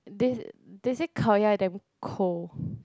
they they say Khao-Yai damn cold